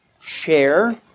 share